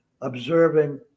observing